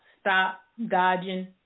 stop-dodging